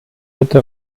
bitte